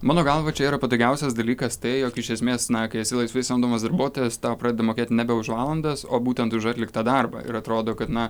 mano galva čia yra patogiausias dalykas tai jog iš esmės na kai esi laisvai samdomas darbuotojas tau pradeda mokėti nebe už valandas o būtent už atliktą darbą ir atrodo kad na